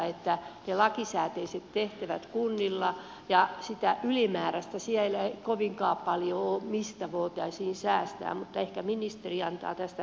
on ne lakisääteiset tehtävät kunnilla ja sitä ylimääräistä siellä ei kovinkaan paljoa ole mistä voitaisiin säästää mutta ehkä ministeri antaa tästä tiedon